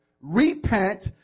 Repent